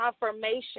confirmation